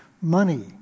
Money